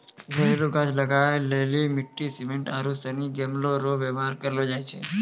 घरेलू गाछ लगाय लेली मिट्टी, सिमेन्ट आरू सनी गमलो रो वेवहार करलो जाय छै